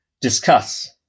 discuss